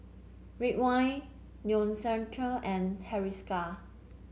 Ridwind Neostrata and Hiruscar